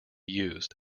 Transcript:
used